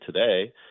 today